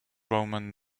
roman